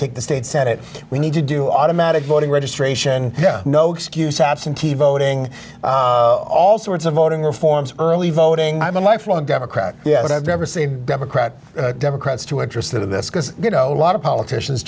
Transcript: take the state senate we need to do automatic voting registration no excuse absentee voting all sorts of voting reforms early voting i'm a lifelong democrat yet i've never seen democrat democrats too interested in this because you know a lot of politicians